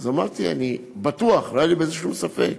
אז אמרתי שאני בטוח, לא היה לי בזה שום ספק,